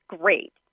great